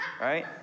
Right